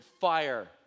fire